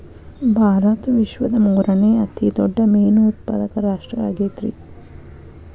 ಭಾರತ ವಿಶ್ವದ ಮೂರನೇ ಅತಿ ದೊಡ್ಡ ಮೇನು ಉತ್ಪಾದಕ ರಾಷ್ಟ್ರ ಆಗೈತ್ರಿ